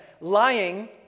lying